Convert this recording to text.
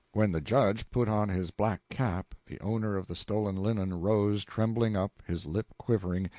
when the judge put on his black cap, the owner of the stolen linen rose trembling up, his lip quivering,